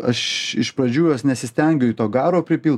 aš iš pradžių jos nesistengiu to garo pripilt